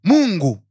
Mungu